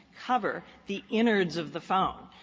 cover the innards of the phone.